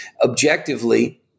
objectively